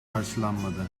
karşılanmadı